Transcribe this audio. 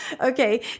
okay